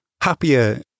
Happier